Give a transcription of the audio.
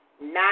nine